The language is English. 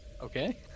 okay